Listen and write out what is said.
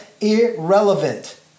irrelevant